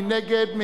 מי נגד?